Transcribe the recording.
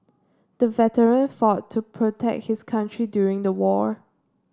the veteran fought to protect his country during the war